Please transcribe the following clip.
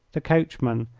the coachman,